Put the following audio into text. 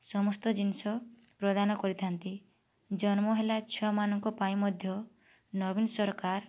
ସମସ୍ତ ଜିନିଷ ପ୍ରଦାନ କରିଥାନ୍ତି ଜନ୍ମ ହେଲା ଛୁଆମାନଙ୍କ ପାଇଁ ମଧ୍ୟ ନବୀନ ସରକାର